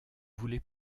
voulez